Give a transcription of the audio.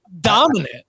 dominant